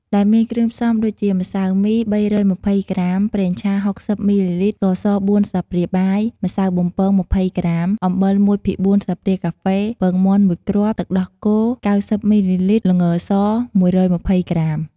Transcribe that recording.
ដែលមានគ្រឿងផ្សំដូចជា ម្សៅមី ៣២០ ក្រាម, ប្រេងឆា ៦០ មីលីលីត្រ, ស្ករស ៤ ស្លាបព្រាបាយ, ម្សៅបំពង ២០ ក្រាម, អំបិល ១ភាគ៤ ស្លាបព្រាកាហ្វេ, ពងមាន់ ១ គ្រាប់, ទឹកដោះគោ ៩០ មីលីលីត្រ, ល្ងស ១២០ ក្រាម។